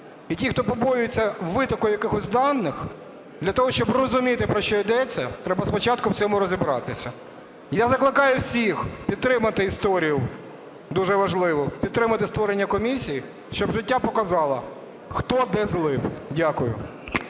І ті, хто побоюються витоку якихось даних, для того, щоб розуміти, про що йдеться, треба спочатку в цьому розібратися. Я закликаю всіх підтримати історію дуже важливу, підтримати створення комісії, щоб життя показало, хто де злив. Дякую.